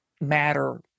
matter